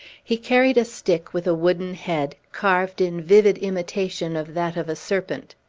he carried a stick with a wooden head, carved in vivid imitation of that of a serpent.